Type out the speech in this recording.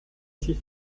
sie